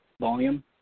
volume